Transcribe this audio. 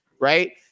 right